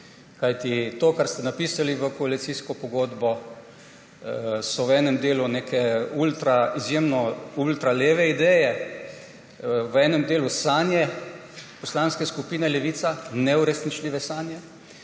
to, kar ste napisali v koalicijsko pogodbo, so v enem delu neke ultra, izjemno leve ideje, v enem delu sanje Poslanske skupine Levica, neuresničljive sanje,